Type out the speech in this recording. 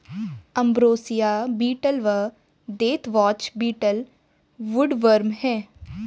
ambrosia beetle व deathwatch beetle woodworm हैं